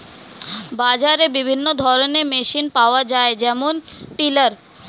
বাজারে বিভিন্ন ধরনের মেশিন পাওয়া যায় যেমন টিলার